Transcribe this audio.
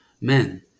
men